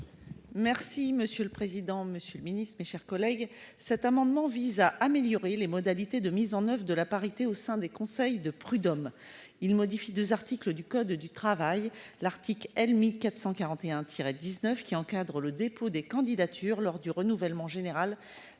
Merci monsieur le président, Monsieur le Ministre, mes chers collègues. Cet amendement vise à améliorer les modalités de mise en oeuvre de la parité au sein des conseils de prud'hommes il modifie 2 articles du code du travail l'Arctique elle 1441 19 qui encadrent le dépôt des candidatures lors du renouvellement général